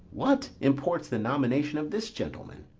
what imports the nomination of this gentleman?